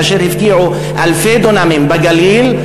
כאשר הפקיעו אלפי דונמים בגליל,